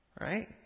right